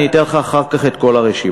אני אתן לך אחר כך את כל הרשימה.